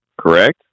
correct